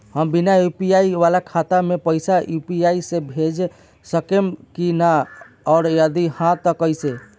हम बिना यू.पी.आई वाला खाता मे पैसा यू.पी.आई से भेज सकेम की ना और जदि हाँ त कईसे?